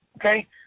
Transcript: Okay